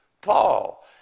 Paul